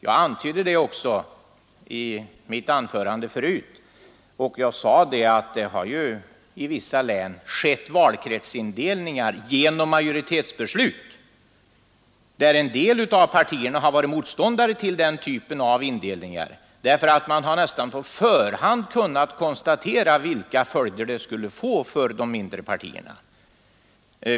Jag antydde också det i mitt tidigare anförande. Men samtidigt sade jag att man i vissa län har gjort valkretsindelningen genom majoritetsbeslut och att en del partier har varit motståndare till den typen av indelning därför att det nästan på förhand har varit klart vilka följder den indelningen skulle få för de mindre partierna.